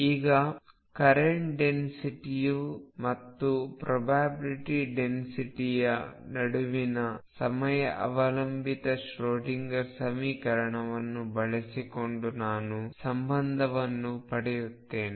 ಈಗ current density ಮತ್ತು probability ಡೆನ್ಸಿಟಿಯ ನಡುವಿನ ಸಮಯ ಅವಲಂಬಿತ ಶ್ರೊಡಿಂಗರ್ ಸಮೀಕರಣವನ್ನು ಬಳಸಿಕೊಂಡು ನಾನು ಸಂಬಂಧವನ್ನು ಪಡೆಯುತ್ತೇನೆ